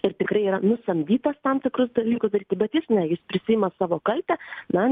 ir tikrai yra nusamdytas tam tikrus dalykus daryti bet jis ne jis prisiima savo kaltę na